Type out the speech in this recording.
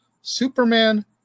Superman